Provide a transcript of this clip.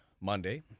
Monday